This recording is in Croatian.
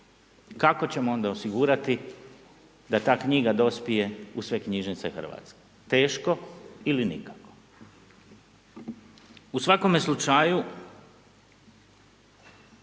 kako ćemo onda osigurati da ta knjiga dospije u sve knjižnice Hrvatske? Teško ili nikako. U svakome slučaju,